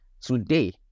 Today